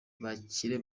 bakire